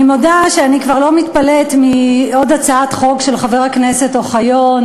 אני מודה שאני כבר לא מתפלאת על עוד הצעת חוק של חבר הכנסת אוחיון.